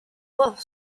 both